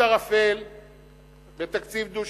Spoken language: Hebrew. עוד ערפל בתקציב דו-שנתי,